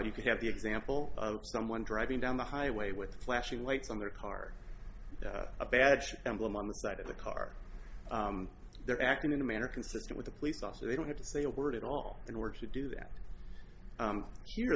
you could have the example of someone driving down the highway with flashing lights on their car a badge emblem on the side of the car they're acting in a manner consistent with a police officer they don't have to say a word at all in order to do that here